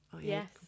yes